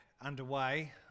underway